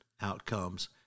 outcomes